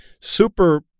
super